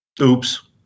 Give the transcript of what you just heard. Oops